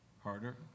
harder